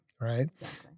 right